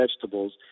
vegetables